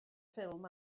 ffilm